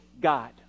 God